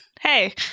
hey